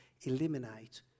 eliminate